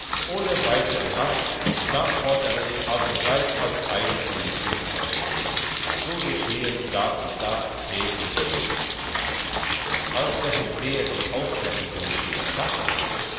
ohne weitere lasten und nachforderung alsogleich als eigentum zustellen so geschehen da und da den und den als der hebräer die ausfertigung in der tasche hatte